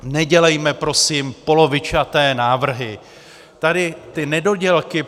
Nedělejme prosím polovičaté návrhy, tady ty nedodělky.